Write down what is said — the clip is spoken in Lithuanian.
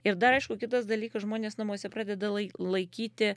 ir dar aišku kitas dalykas žmonės namuose pradeda lai laikyti